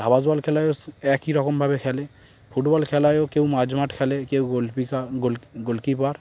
ধাবাস ball খেলায়ও একই রকমভাবে খেলে ফুটবল খেলায়ও কেউ মাঝ মাঠ খেলে কেউ গোলকিপার গোল গোলকিপার